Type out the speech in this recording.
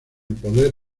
poder